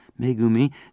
Megumi